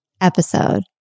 episode